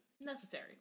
necessary